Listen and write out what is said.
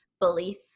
belief